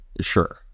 sure